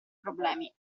problemi